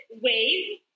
wave